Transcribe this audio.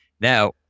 Now